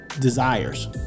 desires